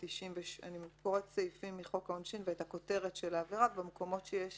אני קוראת סעיפים מחוק העונשין ואת הכותרת של העבירה ובמקומות שיש